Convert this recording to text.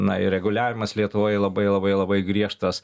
na ir reguliavimas lietuvoj labai labai labai griežtas